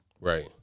Right